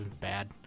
bad